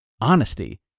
Honesty